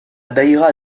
daïra